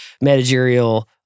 managerial